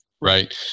Right